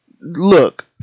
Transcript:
Look